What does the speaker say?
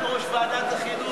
יושב כאן יושב-ראש ועדת החינוך.